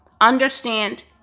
Understand